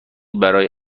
برای